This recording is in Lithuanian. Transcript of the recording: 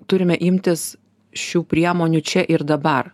turime imtis šių priemonių čia ir dabar